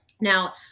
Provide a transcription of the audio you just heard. Now